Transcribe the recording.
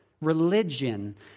Religion